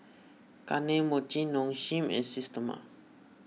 Kane Mochi Nong Shim and Systema